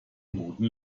noten